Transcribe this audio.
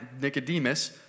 Nicodemus